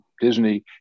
Disney